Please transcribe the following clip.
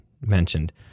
mentioned